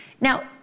Now